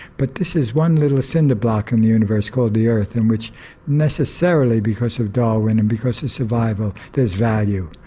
but this is one little cinder block in the universe called the earth, in which necessarily because of darwin and because of survival there's value.